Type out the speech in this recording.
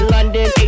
London